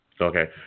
Okay